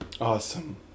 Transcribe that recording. Awesome